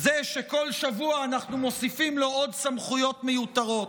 זה שכל שבוע אנחנו מוסיפים לו עוד סמכויות מיותרות.